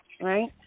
right